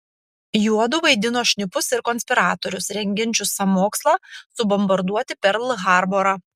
juodu vaidino šnipus ir konspiratorius rengiančius sąmokslą subombarduoti perl harborą